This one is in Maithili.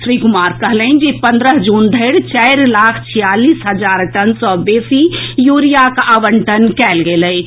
श्री कुमार कहलनि जे पंद्रह जून धरि चारि लाख छियालीस हजार टन सॅ बेसी यूरियाक आवंटन कएल गेल अछि